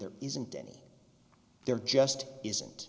there isn't any there just isn't